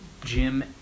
Jim